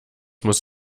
muss